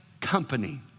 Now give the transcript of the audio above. company